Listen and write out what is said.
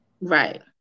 Right